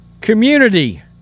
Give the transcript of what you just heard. community